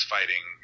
Fighting